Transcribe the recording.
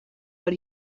but